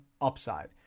upside